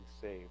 saved